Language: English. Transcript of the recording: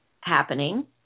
happening